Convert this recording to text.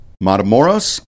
matamoros